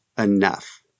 enough